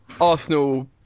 Arsenal